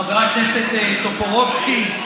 חבר הכנסת טופורובסקי,